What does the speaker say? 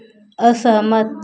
असहमत